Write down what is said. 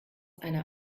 einer